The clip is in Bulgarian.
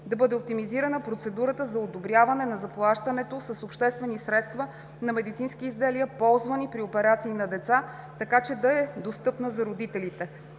Да бъде оптимизирана процедурата за одобряване на заплащането с обществени средства на медицински изделия, ползвани при операции на деца, така че да е достъпна за родителите;